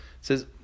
says